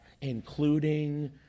including